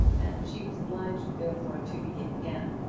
and she was obliged therefore to begin again.